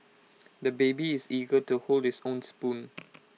the baby is eager to hold his own spoon